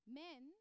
men